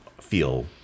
feel